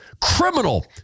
criminal